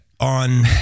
On